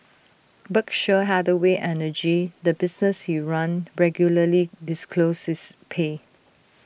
Berkshire Hathaway energy the business he ran regularly disclosed his pay